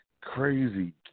crazy